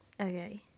Okay